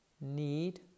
need